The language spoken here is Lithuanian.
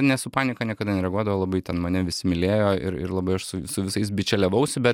ne su panieka niekada nereaguodavo labai ten mane visi mylėjo ir ir labai aš su su visais bičiuliavausi bet